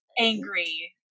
angry